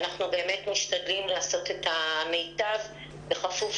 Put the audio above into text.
ואנחנו באמת משתדלים לעשות את המיטב בכפוף